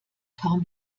kaum